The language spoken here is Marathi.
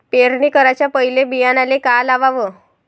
पेरणी कराच्या पयले बियान्याले का लावाव?